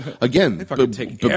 again